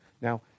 Now